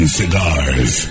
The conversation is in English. cigars